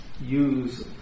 use